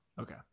Okay